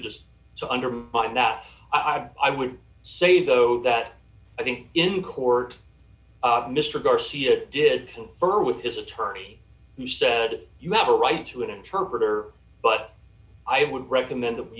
just so undermined that i'd i would say though that i think in court mr garcia did confer with his attorney you said you have a right to an interpreter but i would recommend that we